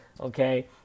okay